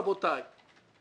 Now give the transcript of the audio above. רבותיי.